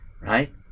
right